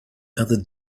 other